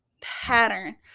pattern